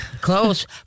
Close